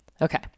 Okay